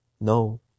no